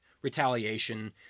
retaliation